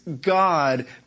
God